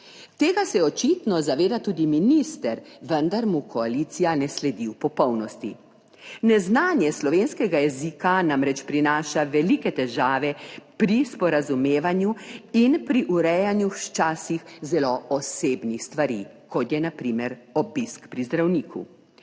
Tega se očitno zaveda tudi minister, vendar mu koalicija ne sledi v popolnosti. Neznanje slovenskega jezika namreč prinaša velike težave pri sporazumevanju in pri urejanju včasih zelo osebnih stvari, kot je na primer obisk pri zdravniku.